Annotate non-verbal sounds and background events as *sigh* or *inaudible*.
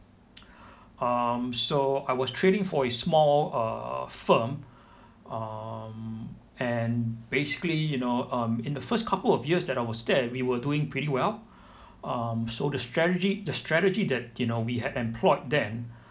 *noise* um so I was trading for a small err firm um and basically you know um in the first couple of years that I was there we were doing pretty well um so the strategy the strategy that you know we had employed then